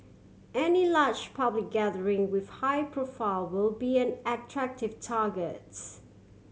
any large public gathering with high profile will be an attractive targets